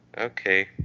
okay